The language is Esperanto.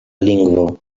lingvo